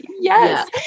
Yes